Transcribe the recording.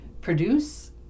produce